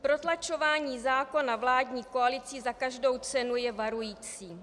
Protlačování zákona vládní koalicí za každou cenu je varující.